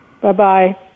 Bye-bye